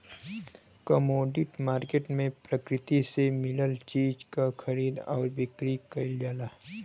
commodity market में प्रकृति से मिलल चीज क खरीद आउर बिक्री कइल जाला